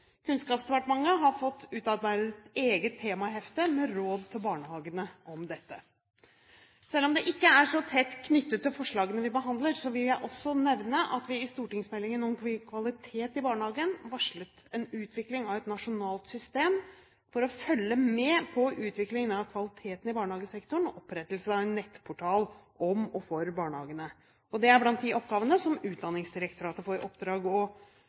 Kunnskapsdepartementet har fått utarbeidet et eget temahefte med råd til barnehagene om dette. Selv om det ikke er så tett knyttet til forslagene vi behandler, vil jeg også nevne at vi i stortingsmeldingen Kvalitet i barnehagen varslet en utvikling av et nasjonalt system for å følge med på utviklingen av kvaliteten i barnehagesektoren og opprettelse av en nettportal om og for barnehagene. Dette er blant de oppgavene som Utdanningsdirektoratet vil få i oppdrag